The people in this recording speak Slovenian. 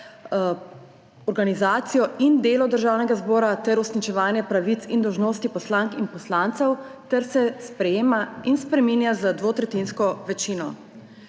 organizacijo in delo Državnega zbora ter uresničevanje pravic in dolžnosti poslank in poslancev ter se sprejema in spreminja z dvotretjinsko večino.